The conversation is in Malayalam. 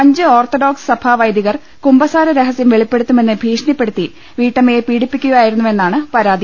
അഞ്ച് ഓർത്തഡോക്സ് സഭാ വൈദികർ കുമ്പസാര രഹസ്യം വെളിപ്പെടുത്തു മെന്ന് ഭീഷണിപ്പെടുത്തി വീട്ടമ്മയെ പീഡിപ്പിക്കുകയാ യിരുന്നുവെന്നാണ് പരാതി